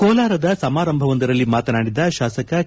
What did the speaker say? ಕೋಲಾರದ ಸಮಾರಂಭವೊಂದರಲ್ಲಿ ಮಾತನಾಡಿದ ಶಾಸಕ ಕೆ